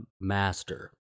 Master